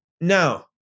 Now